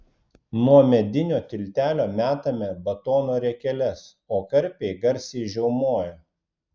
nuo medinio tiltelio metame batono riekeles o karpiai garsiai žiaumoja